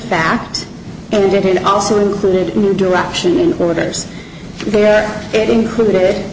fact and it also included new direction in orders there it included